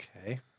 Okay